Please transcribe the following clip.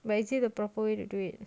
but is it the proper way to do it